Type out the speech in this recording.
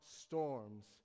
storms